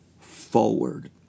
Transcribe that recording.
forward